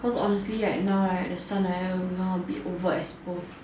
cause honestly right now right the sun like a bit over exposed